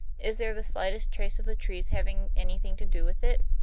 is there the slightest trace of the trees having anything to do with it?